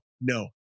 no